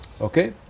Okay